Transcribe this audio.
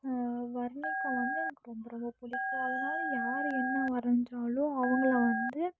வர்ணிக்க வந்து எனக்கு ரொம்ப ரொம்ப பிடிக்கும் அதனால யார் என்ன வரைஞ்சாலும் அவங்கள வந்து